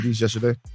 yesterday